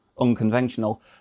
unconventional